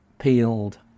peeled